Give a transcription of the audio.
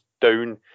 down